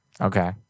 Okay